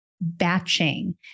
batching